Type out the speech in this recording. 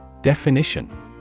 Definition